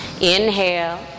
Inhale